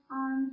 on